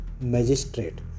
magistrate